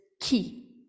key